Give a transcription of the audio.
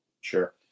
Sure